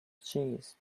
cheese